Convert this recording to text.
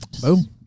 Boom